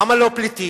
למה לא פליטים?